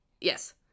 Yes